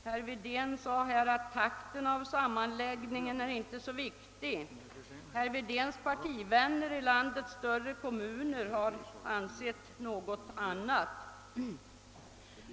Herr Wedén nämnde att takten i sammanläggningen inte är så viktig, men hans partivänner i landets större kommuner har ansett något annat.